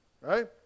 Right